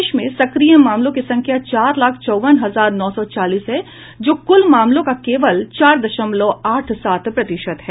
देश में सक्रिय मामलों की संख्या चार लाख चौवन हजार नौ सौ चालीस है जो कुल मामलों का केवल चार दशमलव आठ सात प्रतिशत है